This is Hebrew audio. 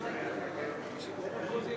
נתקבל.